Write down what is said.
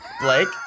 Blake